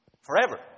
Forever